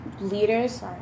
leaders